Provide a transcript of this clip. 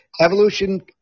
evolution